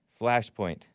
Flashpoint